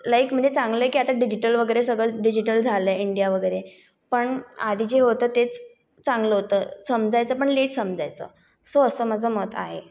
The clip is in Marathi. लाईक म्हणजे चांगलं आहे की आता डिजीटल वगैरे सगळं डिजीटल झालं आहे इंडिया वगैरे पण आधी जे होतं तेच चांगलं होतं समजायचं पण लेट समजायचं सो असं माझं मत आहे